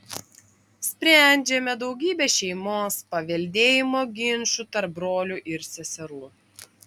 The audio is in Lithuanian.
sprendžiame daugybę šeimos paveldėjimo ginčų tarp brolių ir seserų